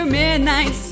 midnight